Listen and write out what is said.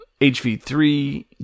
HV3